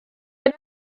yna